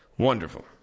Wonderful